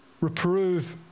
Reprove